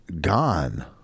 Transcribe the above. Gone